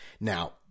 Now